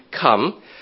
come